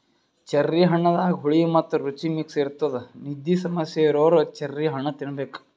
cherry ಹಣ್ಣದಾಗ್ ಹುಳಿ ಮತ್ತ್ ರುಚಿ ಮಿಕ್ಸ್ ಇರ್ತದ್ ನಿದ್ದಿ ಸಮಸ್ಯೆ ಇರೋರ್ ಚೆರ್ರಿ ಹಣ್ಣ್ ತಿನ್ನಬೇಕ್